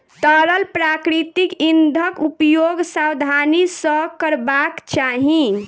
तरल प्राकृतिक इंधनक उपयोग सावधानी सॅ करबाक चाही